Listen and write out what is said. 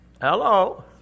hello